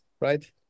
right